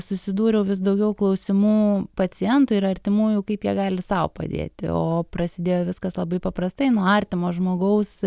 susidūriau vis daugiau klausimų pacientui ir artimųjų kaip jie gali sau padėti o prasidėjo viskas labai paprastai nuo artimo žmogaus